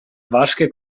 vasche